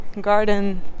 garden